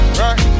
right